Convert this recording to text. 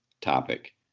topic